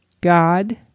God